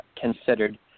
considered